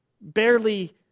barely